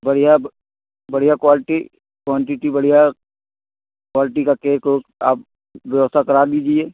बढ़िया बढ़िया quality quantity बढ़िया क्वाल्टी का केक ओक आप व्यवस्था करा दीजिए